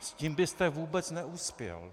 S tím byste vůbec neuspěl.